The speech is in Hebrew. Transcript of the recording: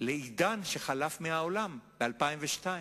לעידן שחלף מהעולם ב-2002.